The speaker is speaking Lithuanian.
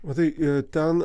matai ten